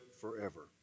forever